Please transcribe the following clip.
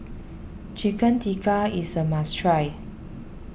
Chicken Tikka is a must try